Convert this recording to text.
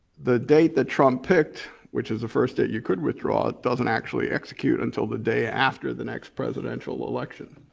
the date that trump picked, which is the first date you could withdraw, it doesn't actually execute until the day after the next presidential election.